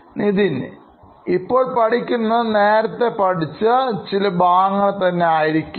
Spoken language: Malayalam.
Nithin ഇപ്പോൾ പഠിക്കുന്നത് നേരത്തെ പഠിച്ച ചില ഭാഗങ്ങൾ തന്നെ ആയിരിക്കാം